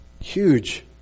Huge